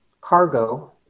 cargo